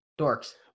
dorks